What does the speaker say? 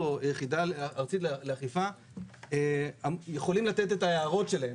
היחידה הארצית לאכיפה יכולים לתת את ההערות שלהם,